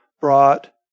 brought